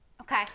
Okay